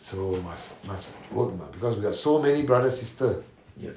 so must must work you know because we have so many brother sister